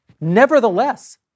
Nevertheless